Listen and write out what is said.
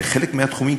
שבחלק מהתחומים,